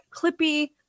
clippy